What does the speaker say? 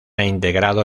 integrado